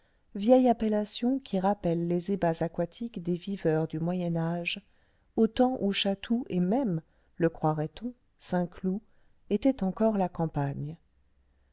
vieille appellation qui rappelle les ébats aquatiques des viveurs du moyen âge au temps où chatou et même le croirait-on saint-cloud étaieut encore la campagne